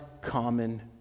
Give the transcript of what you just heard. common